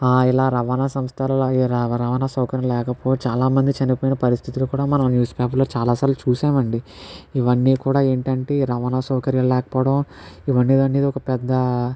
ఇలా రవాణా సంస్థల్లెకే రవా రవాణా సౌకర్యం లేకపోతే చాలామంది చనిపోయిన పరిస్థితులు కూడా మనం న్యూస్ పేపర్లో చాలాసార్లు చూశాము అండి ఇవన్నీ కూడా ఏమిటంటే ఈ రవాణా సౌకర్యాలు లేకపోవడం ఇవన్నీ అనేది ఒక పెద్ద